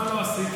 מה לא עשיתם?